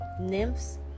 nymphs